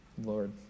Lord